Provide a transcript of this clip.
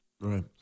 Right